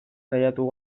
saiatu